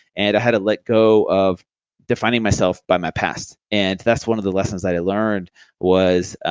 and had to let go of defining myself by my past. and that's one of the lessons i learned was,